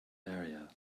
area